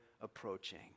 approaching